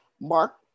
Mark